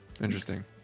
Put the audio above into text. Interesting